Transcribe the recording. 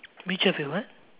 which of your what